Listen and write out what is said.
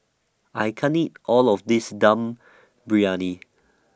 I can't eat All of This Dum Briyani